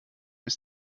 ist